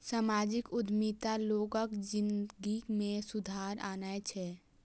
सामाजिक उद्यमिता लोगक जिनगी मे सुधार आनै छै